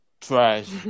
trash